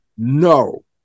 no